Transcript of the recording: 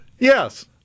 Yes